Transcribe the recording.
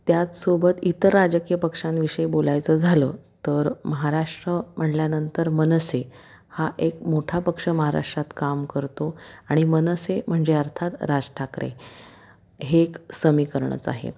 त्याचसोबत इतर राजकीय पक्षांविषयी बोलायचं झालं तर महाराष्ट्र म्हणल्यानंतर मनसे हा एक मोठा पक्ष महाराष्ट्रात काम करतो आणि मनसे म्हणजे अर्थात राज ठाकरे हे एक समीकरणच आहे